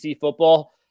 football